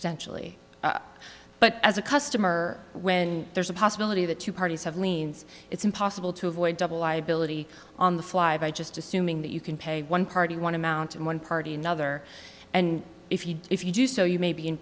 potentially but as a customer when there's a possibility the two parties have liens it's impossible to avoid double liability on the fly by just assuming that you can pay one party want to mount and one party another and if you if you do so you may be in